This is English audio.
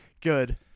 good